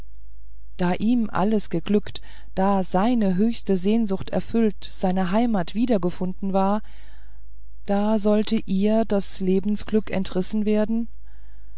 da ihm alles geglückt da seine höchste sehnsucht erfüllt seine heimat wiedergefunden war da sollte ihr das lebensglück entrissen werden